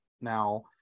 now